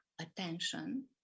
attention